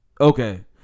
Okay